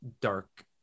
dark